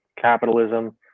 capitalism